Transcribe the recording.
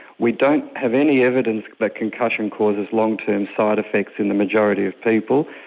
we don't have any evidence that concussion causes long-term side-effects in the majority of people.